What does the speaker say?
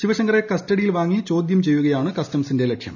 ശ്രീവശങ്കറെ കസ്റ്റഡിയിൽ വാങ്ങി ചോദ്യം ചെയ്യുകയാണ് കസ്റ്റംസിന്റെ ലക്ഷ്യം